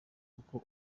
kuko